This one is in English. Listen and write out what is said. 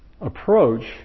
approach